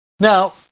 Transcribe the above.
Now